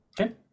Okay